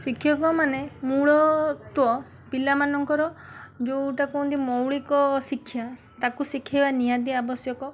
ଶିକ୍ଷକ ମାନେ ମୂଳତ୍ୱ ପିଲାମାନଙ୍କର ଯୋଉଟା କୁହନ୍ତି ମୌଳିକ ଶିକ୍ଷା ତାକୁ ଶିଖେଇବା ନିହାତି ଆବଶ୍ୟକ